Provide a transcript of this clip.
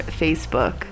Facebook